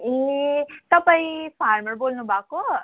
ए तपाईँ फारमर बोल्नुभएको